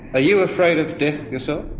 you afraid of death yourself?